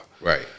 Right